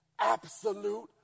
Absolute